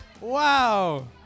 Wow